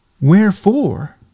Wherefore